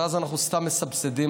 ואז אנחנו סתם מסבסדים,